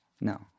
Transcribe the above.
No